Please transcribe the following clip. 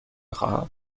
خواهم